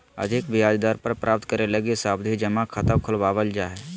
अधिक ब्याज दर प्राप्त करे लगी सावधि जमा खाता खुलवावल जा हय